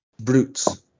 brutes